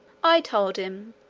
i told him,